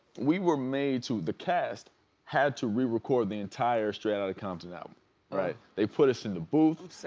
we were made to, the cast had to rerecord the entire straight outta compton album alright? they put us in the booth.